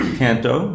canto